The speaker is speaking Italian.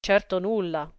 certo nulla